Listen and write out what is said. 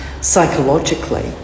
psychologically